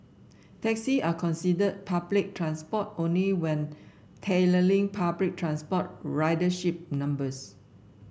taxis are considered public transport only when tallying public transport ridership numbers